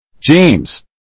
James